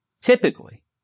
Typically